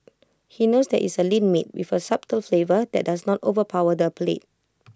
he knows that IT is A lean meat with A subtle flavour that does not overpower the palate